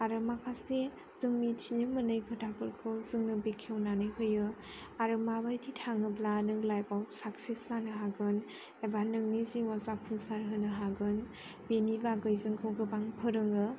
आरो माखासे जों मिथिनो मोनै खोथाफोरखौ जोंनो बेखेवनानै होयो आरो माबायदि थाङोब्ला जों लाइफ आव साक्सेस जानो हागोन एबा नोंनि जिउआ जाफुंसार होनो हागोन बेनि बागै जोंखौ गोबां फोरोङो